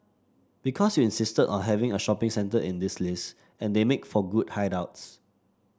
because you insisted on having a shopping centre in this list and they make for good hideouts